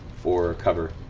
for cover.